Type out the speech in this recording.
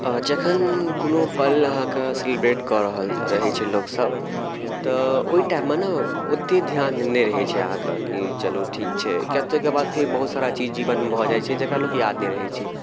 जखन कोनो पल अहाँकऽ सेलिब्रेट कऽ रहल रहैत छै लोकसब तऽ ओहि टाइममे ने ओतेक ध्यान नहि रहैत छै अहाँकऽ कि चलू ठीक छै किआ तऽ ओहिकेऽ बाद फेर बहुत सारा चीज जे बंद भऽ जाइत छै जकरा लोक याद नहि रहैत छै